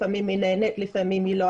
לפעמים היא נענית ולפעמים לא.